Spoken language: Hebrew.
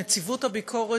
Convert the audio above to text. נציבות הביקורת,